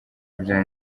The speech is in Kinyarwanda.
bya